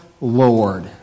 Lord